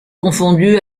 confondue